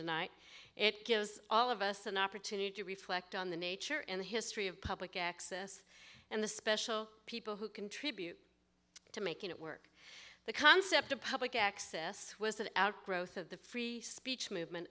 tonight it goes all of us an opportunity to reflect on the nature and history of public access and the special people who contribute to making it work the concept of public access was an outgrowth of the free speech movement